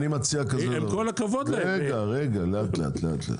עם כל הכבוד להם --- רגע, רגע, לאט לאט.